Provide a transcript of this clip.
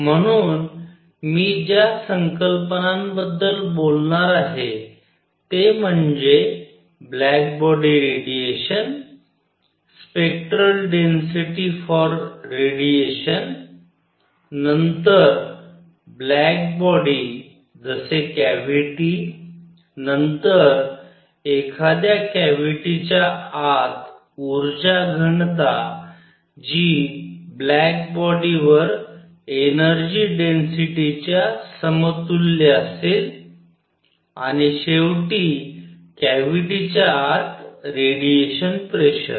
म्हणून मी ज्या संकल्पनांबद्दल बोलणार आहे ते म्हणजे black body radiation spectral density for radiation व्याख्या नंतर ब्लॅक बॉडी जसे कॅव्हिटी नंतर एखाद्या कॅव्हिटीच्या आत उर्जा घनता जी ब्लॅक बॉडी वर एनर्जी डेन्सीटीच्या च्या समतुल्य असेल आणि शेवटी कॅव्हिटीच्या आत रेडिएशन प्रेशर